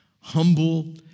humble